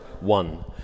one